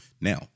Now